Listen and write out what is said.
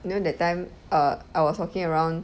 you know that time err I was walking around